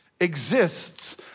exists